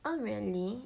oh really